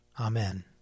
Amen